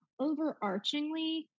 Overarchingly